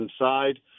inside